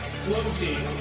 floating